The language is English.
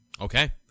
Okay